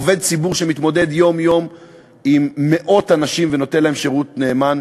עובד ציבור שמתמודד יום-יום עם מאות אנשים ונותן להם שירות נאמן,